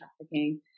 trafficking